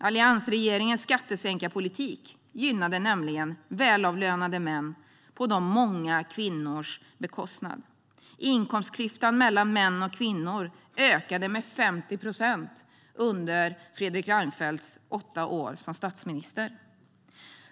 Alliansregeringens skattesänkarpolitik gynnade nämligen välavlönade män på många kvinnors bekostnad. Inkomstklyftan mellan män och kvinnor ökade med 50 procent under Fredrik Reinfeldts åtta år som statsminister.